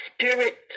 spirit